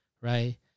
right